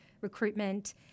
recruitment